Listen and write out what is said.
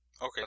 Okay